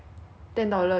ten dollars cheaper